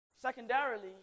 Secondarily